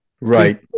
right